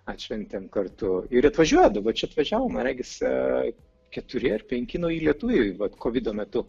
atšventėme kartu ir atvažiuoja dabar čia atvažiavo man regisi keturi ar penki nauji lietuviai vat kovido metu